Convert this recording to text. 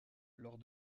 lors